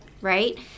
right